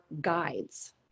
guides